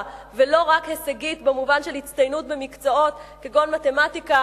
ולא רק הישגית במובן של הצטיינות במקצועות כגון מתמטיקה,